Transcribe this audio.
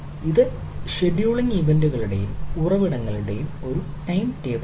ഇത് ഷെഡ്യൂളിംഗ് ഇവന്റുകളുടെയും ഉറവിടങ്ങളുടെയും ഒരു ടൈംടേബിളാണ്